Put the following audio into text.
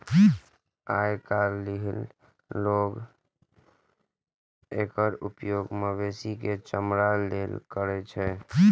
आइकाल्हि लोग एकर उपयोग मवेशी के चारा लेल करै छै